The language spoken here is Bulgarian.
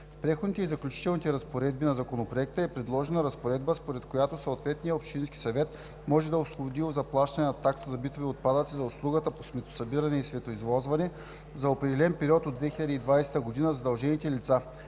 Преходните и заключителните разпоредби на Законопроекта е предложена разпоредба, според която съответният общински съвет може да освободи от заплащане на таксата за битови отпадъци на услугата по сметосъбиране и сметоизвозване за определен период от 2020 г. задължените лица